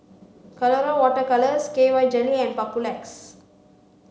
colora water colours K Y jelly and Papulex